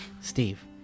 Steve